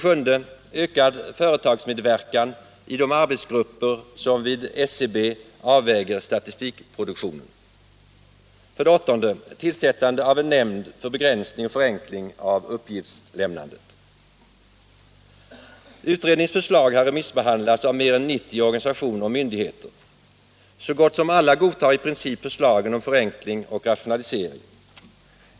Utredningens förslag har remissbehandlats av mer än 90 organisationer och myndigheter. Så gott som alla godtar i princip förslagen om förenkling och rationalisering.